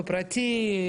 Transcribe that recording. בפרטי,